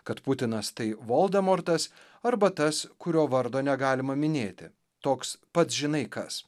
kad putinas tai voldemortas arba tas kurio vardo negalima minėti toks pats žinai kas